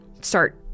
start